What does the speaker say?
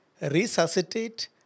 resuscitate